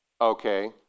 Okay